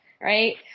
right